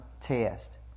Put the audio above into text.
test